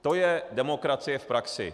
To je demokracie v praxi.